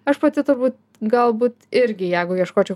aš pati turbūt galbūt irgi jeigu ieškočiau